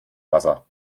wasser